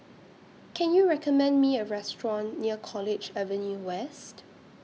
Can YOU recommend Me A Restaurant near College Avenue West